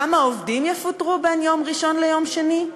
כמה עובדים יפוטרו בין יום ראשון ליום שני?